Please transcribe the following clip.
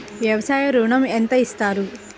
వ్యవసాయ ఋణం ఎంత ఇస్తారు?